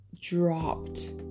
dropped